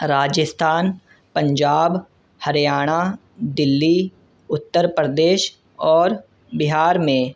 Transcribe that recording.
راجستھان پنجاب ہریانہ دلی اتر پردیش اور بہار میں